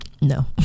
no